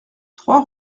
trois